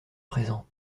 présent